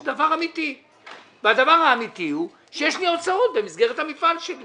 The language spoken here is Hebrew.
יש דבר אמיתי והדבר האמיתי הוא שיש לי הוצאות במסגרת המפעל שלי